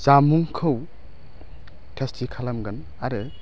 जामुंखौ थेस्टि खालामगोन आरो